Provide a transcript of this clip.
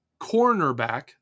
cornerback